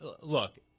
look